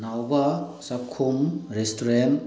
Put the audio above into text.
ꯅꯥꯎꯕ ꯆꯥꯛꯈꯨꯝ ꯔꯦꯁꯇꯨꯔꯦꯟ